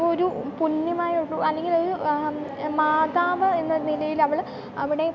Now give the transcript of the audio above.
ഒരു പുണ്യമായൊരു അല്ലെങ്കിലൊരു മാതാവ് എന്ന നിലയിലവൾ അവിടെ